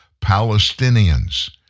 Palestinians